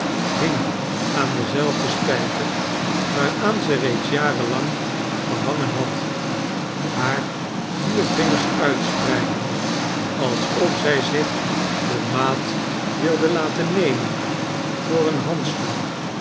hing aan denzelfden spijker waaraan ze reeds jaren lang gehangen had hare vier vingers uitspreidende alsof zij zich de maat wilde laten nemen voor een handschoen